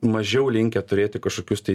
mažiau linkę turėti kažkokius tai